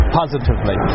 positively